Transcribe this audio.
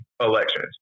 elections